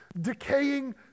decaying